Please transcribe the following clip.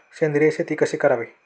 सेंद्रिय शेती कशी करावी?